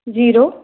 zero